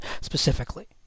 specifically